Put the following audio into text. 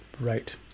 Right